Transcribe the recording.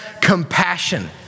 compassion